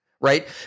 right